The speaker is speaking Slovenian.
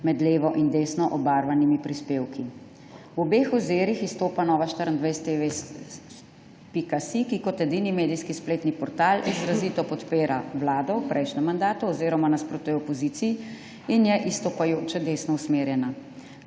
med levo in desno obarvanimi prispevki. V obeh ozirih izstopa Nova24TV.si, ki kot edini medijski spletni portal izrazito podpira vlado, v prejšnjem mandatu, oziroma nasprotuje opoziciji in je izstopajoče desno usmerjena.